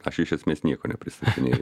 aš iš esmės nieko nepristatinėju